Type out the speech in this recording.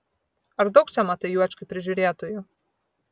ar daug čia matai juočkių prižiūrėtojų